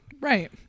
Right